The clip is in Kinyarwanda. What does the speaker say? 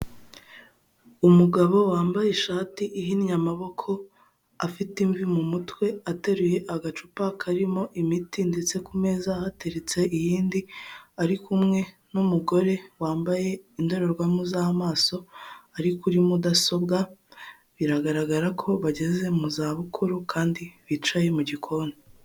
Umugabo wambaye ishati ihinnye amaboko afite imvi mu mutwe ateruye agacupa karimo imiti ndetse ku meza hateretse iyindi, ari kumwe n'umugore wambaye indorerwamo z'amaso ari kuri mudasobwa biragaragara ko bageze mu za bukuru kandi bicaye mu gikoni.